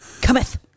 Cometh